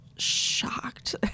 shocked